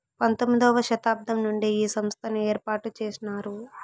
పంతొమ్మిది వ శతాబ్దం నుండే ఈ సంస్థను ఏర్పాటు చేసినారు